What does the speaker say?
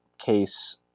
case